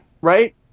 right